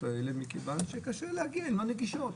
האלה מכיוון שקשה להגיע והן לא נגישות.